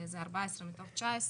זה 14 מתוך 19,